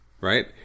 right